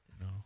No